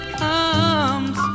comes